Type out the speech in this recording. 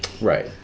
Right